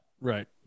Right